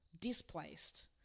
displaced